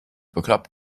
bekloppt